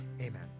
amen